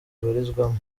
abarizwamo